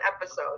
episode